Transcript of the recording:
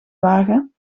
wagen